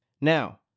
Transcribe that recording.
Now